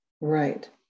Right